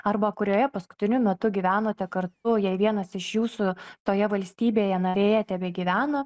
arba kurioje paskutiniu metu gyvenote kartu jei vienas iš jūsų toje valstybėje narėje tebegyvena